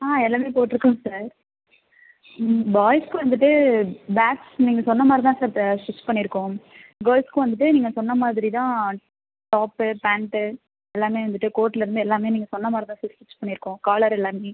ஆ எல்லாமே போட்டுருக்கோம் சார் ம் பாய்ஸ்க்கு வந்துட்டு பேட்ச் நீங்கள் சொன்ன மாதிரி தான் சார் த ஸ்டிச் பண்ணிருக்கோம் கேர்ள்ஸ்க்கும் நீங்கள் சொன்ன மாதிரி தான் டாப்பு பேண்ட்டு எல்லாமே வந்துகிட்டு கோட்லிருந்து எல்லாமே நீங்கள் சொன்ன மாதிரி தான் சார் ஸ்டிச் பண்ணிருக்கோம் காலர் எல்லாமே